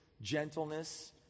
gentleness